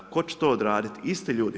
Tko će to odraditi, isti ljudi?